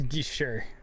sure